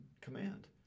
command